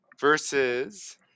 Versus